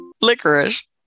Licorice